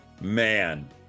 man